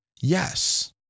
yes